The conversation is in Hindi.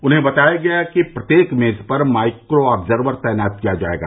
उन्हें बताया गया कि प्रत्येक मेज पर माइक्रो आर्ब्जवर तैनात किया जायेगा